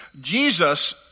Jesus